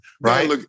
right